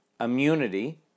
immunity